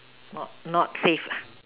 not not safe lah